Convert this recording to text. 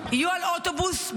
יהיו על אוטובוס,